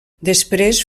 després